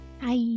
Hi